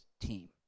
team